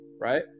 right